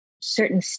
certain